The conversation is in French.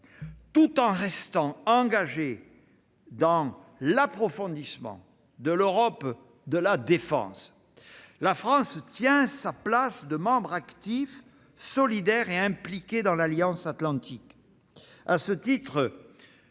Tout en restant engagée dans l'approfondissement de l'Europe de la défense, la France tient sa place de membre actif, solidaire et impliqué dans l'Alliance atlantique.